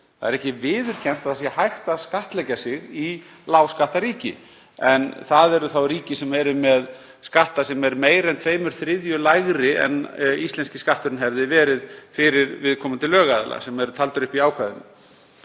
Það er ekki viðurkennt að hægt sé að skattleggja sig í lágskattaríki, en það eru þau ríki sem eru með skatta sem eru meira en tveimur þriðju lægri en íslenskir skatturinn hefði verið fyrir viðkomandi lögaðila sem taldir eru upp í ákvæðinu.